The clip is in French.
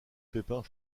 pépins